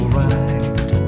right